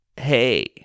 Hey